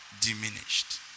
Diminished